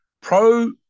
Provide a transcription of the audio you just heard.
Pro